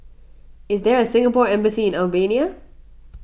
is there a Singapore Embassy in Albania